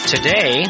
Today